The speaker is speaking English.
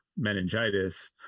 meningitis